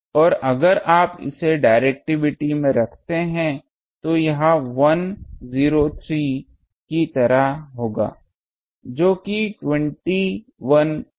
और अगर आप इसे डिरेक्टिविटी में रखते हैं तो यह 103 की तरह होगा जो कि 201 dB है